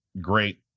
great